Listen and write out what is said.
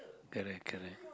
correct correct